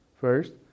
first